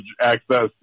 access